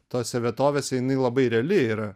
tose vietovėse jinai labai reali yra